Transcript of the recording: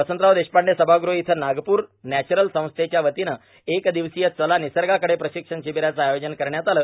वसंतराव देशपांडे सभागृह येथे नागपूर नॅचरल संस्थेच्या वतीने एक र्ादवसीय चला र्मानसगाकडे प्र्राशक्षण शिबीराचे आयोजन करण्यात आले